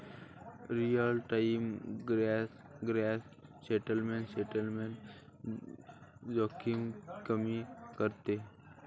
real time gross settlement settlement जोखीम कमी करते